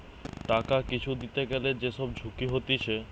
টাকা কিছু দিতে গ্যালে যে সব ঝুঁকি হতিছে